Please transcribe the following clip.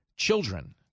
children